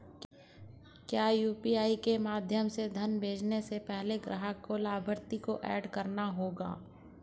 क्या यू.पी.आई के माध्यम से धन भेजने से पहले ग्राहक को लाभार्थी को एड करना होगा?